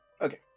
Okay